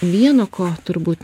vieno ko turbūt